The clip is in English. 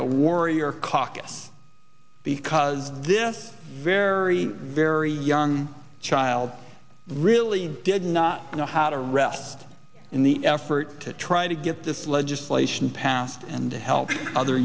the warrior caucus because this very very young child really did not know how to rest in the effort to try to get this legislation passed and to help other